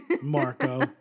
Marco